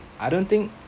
I don't think